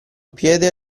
piede